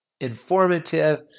informative